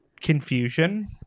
confusion